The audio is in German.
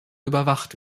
überwacht